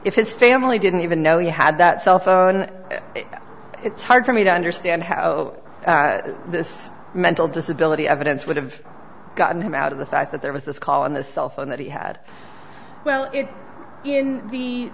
his family didn't even know he had that cell phone it's hard for me to understand how this mental disability evidence would have gotten him out of the fact that there was this call on the cell phone that he had well it in the